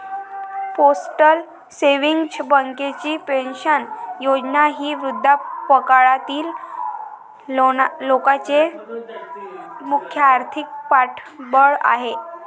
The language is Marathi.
पोस्टल सेव्हिंग्ज बँकेची पेन्शन योजना ही वृद्धापकाळातील लोकांचे मुख्य आर्थिक पाठबळ आहे